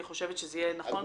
שזה יהיה נכון.